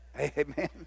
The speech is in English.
Amen